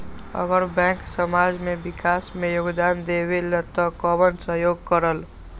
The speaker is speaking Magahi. अगर बैंक समाज के विकास मे योगदान देबले त कबन सहयोग करल?